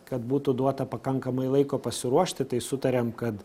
kad būtų duota pakankamai laiko pasiruošti tai sutarėm kad